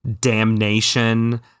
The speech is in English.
damnation